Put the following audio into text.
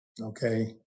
Okay